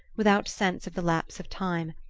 without sense of the lapse of time,